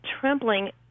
trembling